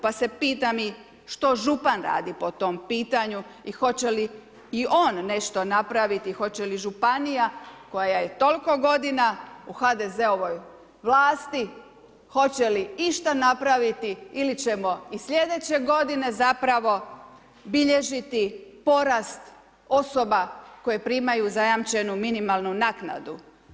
Pa se pitam i što župan radi po tom pitanju i hoće li i on nešto napraviti, hoće li županija koja je toliko godina u HDZ-ovoj vlasti, hoće li išta napraviti ili ćemo i sljedeće godine zapravo bilježiti porast osoba koje primaju zajamčenu minimalnu naknadu.